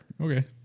Okay